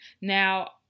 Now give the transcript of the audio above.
Now